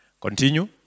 Continue